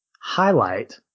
highlight